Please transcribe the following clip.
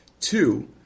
Two